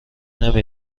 نمی